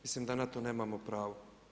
Mislim da na to nemamo pravo.